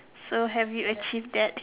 so have you achieve that